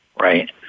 right